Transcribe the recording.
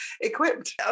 equipped